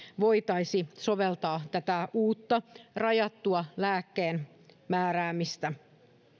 voitaisiin soveltaa tätä uutta rajattua lääkkeenmääräämistä